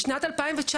בשנת 2019,